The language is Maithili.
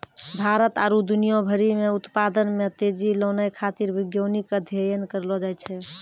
भारत आरु दुनिया भरि मे उत्पादन मे तेजी लानै खातीर वैज्ञानिक अध्ययन करलो जाय छै